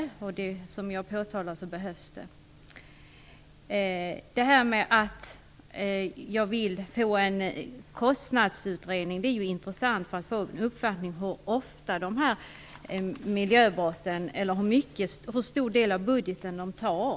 Som jag har påtalat är det nödvändigt. Anledningen till att jag vill få till stånd en kostnadsutredning är att det är av intresse att få en uppfattning om hur stor del av budgeten som upptas av miljöbrotten.